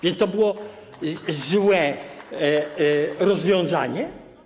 Więc to było złe rozwiązanie?